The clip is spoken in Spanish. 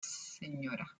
sra